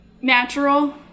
natural